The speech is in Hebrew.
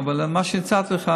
אבל מה שהצעתי לך,